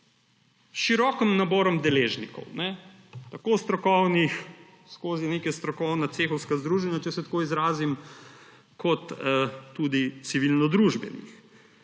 širokim naborom deležnikov, tako strokovnih, skozi neka strokovna cehovska združenja, če se tako izrazim, kot tudi civilnodružbenih.